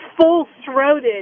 full-throated